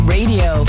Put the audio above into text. Radio